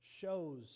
shows